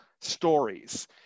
stories